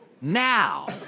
Now